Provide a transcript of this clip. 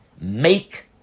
make